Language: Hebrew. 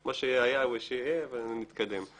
מה שהיה הוא שיהיה, אבל נתקדם.